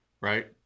Right